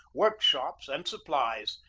workshops, and supplies,